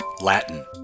Latin